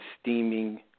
steaming